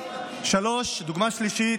דוגמה שלישית,